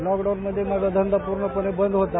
lockdown मध्ये माझा धंदा प्रर्णपणे बंद होता